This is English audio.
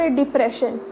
depression